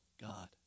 God